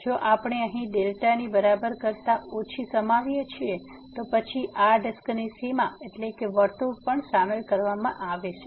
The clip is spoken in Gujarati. જો આપણે અહીં δ ની બરાબર કરતા ઓછી સમાવીએ છીએ તો પછી આ ડિસ્કની સીમા એટલે કે વર્તુળ પણ શામેલ કરવામાં આવશે